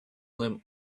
them